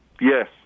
Yes